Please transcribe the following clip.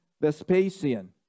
Vespasian